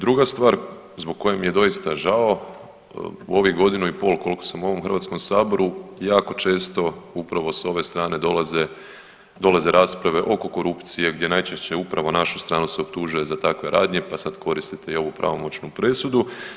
Druga stvar zbog koje mi je doista žao u ovih godinu i pol koliko sam u ovom Hrvatskom saboru jako često upravo s ove strane dolaze rasprave oko korupcije gdje najčešće upravo našu stranu se optužuje za takve radnje, pa sada koristite i ovu pravomoćnu presudu.